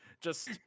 Just-